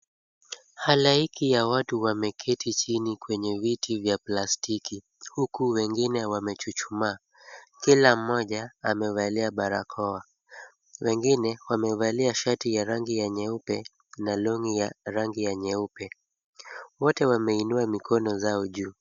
Hailaiki ya watu wameketi chini kwenye viti vya plastiki, huku wengine wamechuchumaa. Kila mmoja amevalia barakoa. Wengine wamevalia shati ya rangi ya nyeupe na long'i ya rangi nyeupe. Wote wameinua mikono zao juu.